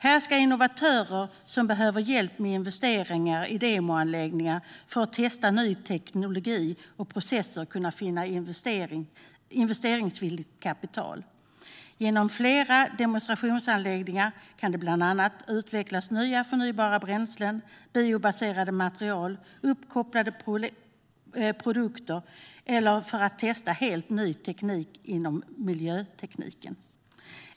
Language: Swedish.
Här ska innovatörer som behöver hjälp med investeringar i demoanläggningar få testa ny teknologi, och man ska kunna finna investeringsvilligt kapital till processer. Genom fler demonstrationsanläggningar kan det bland annat utvecklas nya förnybara bränslen, biobaserade material och uppkopplade produkter. Man kan också testa helt ny teknik inom miljöteknik.